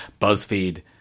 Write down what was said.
BuzzFeed